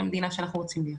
במדינה שבה אנחנו רוצים להיות.